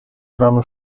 gramy